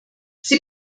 sie